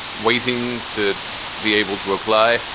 waiting to be able to apply.